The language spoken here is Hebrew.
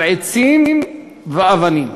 על עצים ואבנים.